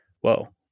whoa